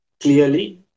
clearly